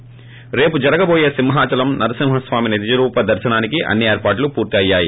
ి రేపు జరగబోయే సింహాచలం నరసింహ స్వామి నిజరూప దర్సనానికి అన్ని ఏర్పాట్లు పూర్తి అయ్యాయి